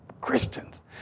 Christians